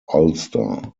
ulster